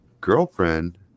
girlfriend